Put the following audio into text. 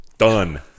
done